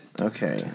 Okay